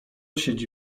siedzi